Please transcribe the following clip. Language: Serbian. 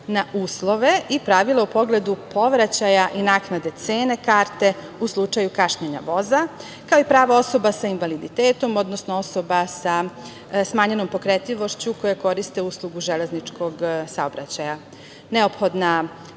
na uslove i pravila u pogledu povraćaja i naknade cene karte u slučaju kašnjenja voza, kao i pravo osoba sa invaliditetom, odnosno osoba sa smanjenom pokretljivošću koje koriste uslugu železničkog saobraćaja. Neophodna